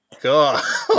God